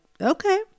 okay